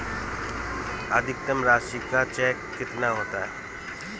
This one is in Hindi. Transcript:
अधिकतम राशि का चेक कितना होता है?